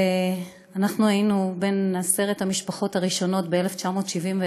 אנחנו היינו בין עשר המשפחות הראשונות ב-1971,